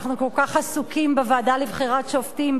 אנחנו כל כך עסוקים בוועדה לבחירת שופטים.